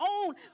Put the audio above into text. own